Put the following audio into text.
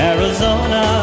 Arizona